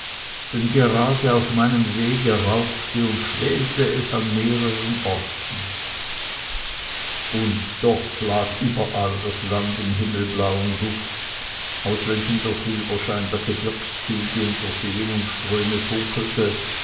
denn gerade auf meinem wege rauchte und schwelte es an mehreren orten und doch lag überall das land im himmelblauen duft aus welchem der silberschein der gebirgszüge und der seen und ströme funkelte